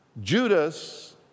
Judas